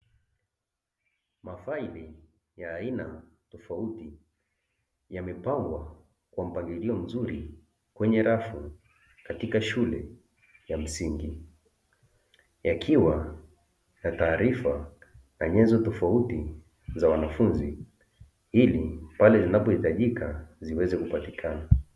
Mafaili ya aina tofauti yamepangwa kwa mpangilio mzuri kwenye rafu katika shule ya msingi, yakiwa na taarifa na nyenzo tofauti za wanafunzi ili zinapohitajika ziweze kupatikana.